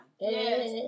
Yes